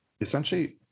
essentially